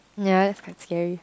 ya that's quite scary